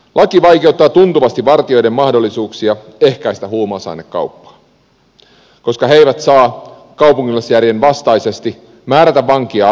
laki vaikeuttaa tuntuvasti vartijoiden mahdollisuuksia ehkäistä huumausainekauppaa koska he eivät saa kaupunkilaisjärjen vastaisesti määrätä vankia avaamaan suutaan